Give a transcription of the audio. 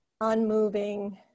unmoving